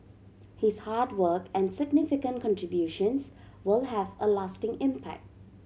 his hard work and significant contributions will have a lasting impact